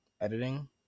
editing